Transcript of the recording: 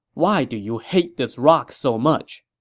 why do you hate this rock so much?